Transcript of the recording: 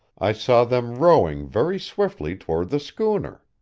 i saw them rowing very swiftly toward the schooner.